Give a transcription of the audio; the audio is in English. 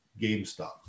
GameStop